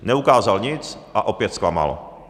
Neukázal nic a opět zklamal.